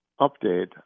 update